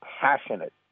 passionate